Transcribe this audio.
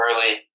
early